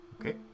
Okay